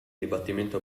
dibattimento